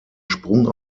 sprung